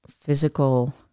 physical